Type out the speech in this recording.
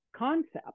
concept